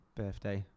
birthday